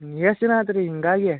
ಎಷ್ಟು ದಿನ ಆತು ರೀ ಹೀಗಾಗಿ